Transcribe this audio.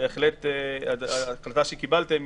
הדעה שקיבלתם